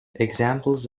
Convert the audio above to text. examples